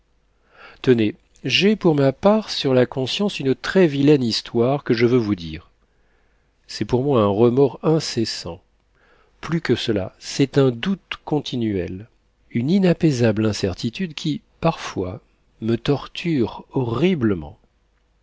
tenez j'ai pour ma part sur la conscience une très vilaine histoire que je veux vous dire c'est pour moi un remords incessant plus que cela c'est un doute continuel une inapaisable incertitude qui parfois me torture horriblement